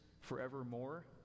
forevermore